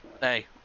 Hey